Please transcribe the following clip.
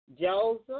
Joseph